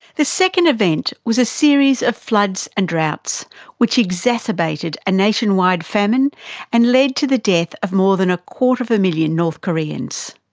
the second event was a series of floods and droughts which exacerbated a nationwide famine and led to the death of more than a quarter of a million north koreans.